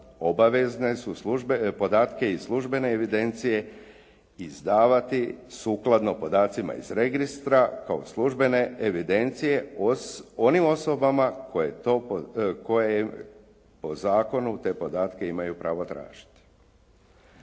obavezne su podatke iz službene evidencije izdavati sukladno podacima iz registra kao službene evidencije onim osobama koje po zakonu te podatke imaju pravo tražiti.